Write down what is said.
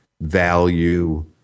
value